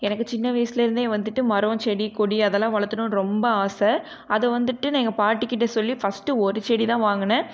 எனக்கு சின்ன வயசுலேருந்தே வந்துட்டு மரோம் செடி கொடி அதெல்லாம் வளர்த்துனுன்னு ரொம்ப ஆசை அதை வந்துட்டு நான் எங்கள் பாட்டி கிட்ட சொல்லி ஃபஸ்ட்டு ஒரு செடி தான் வாங்கின